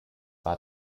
war